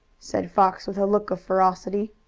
said fox, with a look of ferocity.